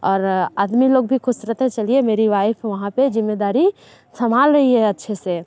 और आदमी लोग भी खुश रहते हैं चलिए मेरी वाइफ वहाँ पे जिम्मेदारी संभाल रही है अच्छे से